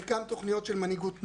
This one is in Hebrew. חלקן תוכניות של מנהיגות נוער,